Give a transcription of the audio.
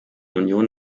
union